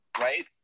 Right